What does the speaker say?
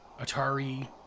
Atari